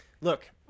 Look